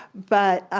but